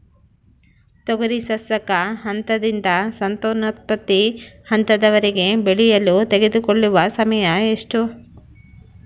ತೊಗರಿ ಸಸ್ಯಕ ಹಂತದಿಂದ ಸಂತಾನೋತ್ಪತ್ತಿ ಹಂತದವರೆಗೆ ಬೆಳೆಯಲು ತೆಗೆದುಕೊಳ್ಳುವ ಸಮಯ ಎಷ್ಟು?